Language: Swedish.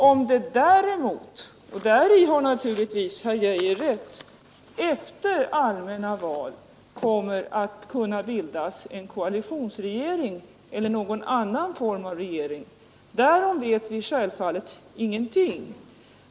Om det däremot — och däri har naturligtvis herr Geijer rätt — efter allmänna val kommer att kunna bildas en koalitionsregering eller någon annan form av regering, därom vet vi självfallet ingenting.